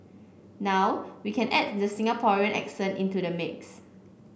now we can add the Singaporean accent into the mix